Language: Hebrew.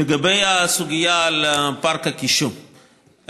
לגבי הסוגיה על פארק הקישון,